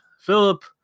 Philip